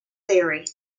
theory